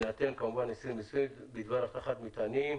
התשפ"א-2021, בדבר אבטחת מטענים: